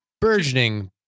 burgeoning